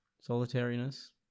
Solitariness